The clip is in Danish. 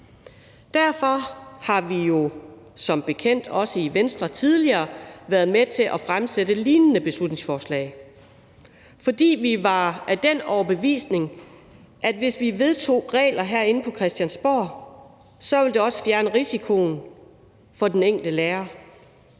derfor har vi jo som bekendt også i Venstre tidligere været med til at fremsætte lignende beslutningsforslag. Det har vi, fordi vi var af den overbevisning, at hvis vi vedtog regler herinde på Christiansborg, ville det også fjerne risikoen for den enkelte lærer.